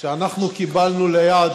שאנחנו קיבלנו ליד